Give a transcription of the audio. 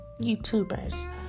YouTubers